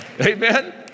Amen